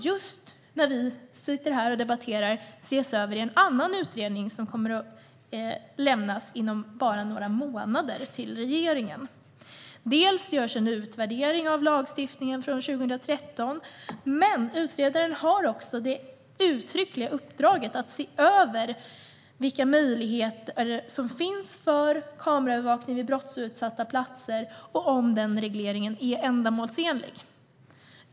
Den ses just nu över i en annan utredning, som kommer att lämna sitt betänkande till regeringen om bara några månader. Det görs en utvärdering av lagstiftningen från 2013. Men utredaren har också ett uttryckligt uppdrag att se över vilka möjligheter som finns för kameraövervakning vid brottsutsatta platser och om den regleringen är ändamålsenlig.